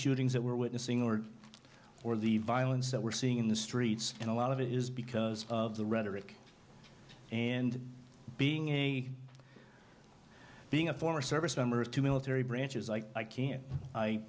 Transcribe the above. shootings that we're witnessing or or the violence that we're seeing in the streets and a lot of it is because of the rhetoric and being a being a former service members to military branches like i can